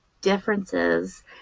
differences